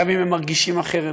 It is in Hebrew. גם אם הם מרגישים אחרת,